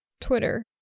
Twitter